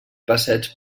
passeig